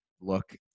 look